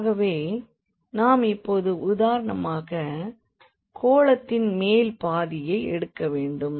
ஆகவே நாம் இப்பொழுது உதாரணமாக கோளத்தின் மேல் பாதியை எடுக்க வேண்டும்